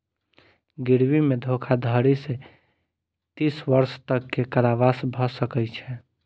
गिरवी मे धोखाधड़ी सॅ तीस वर्ष तक के कारावास भ सकै छै